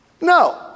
No